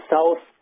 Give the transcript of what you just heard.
South